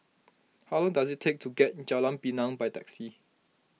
how long does it take to get to Jalan Pinang by taxi